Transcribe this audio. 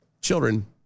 children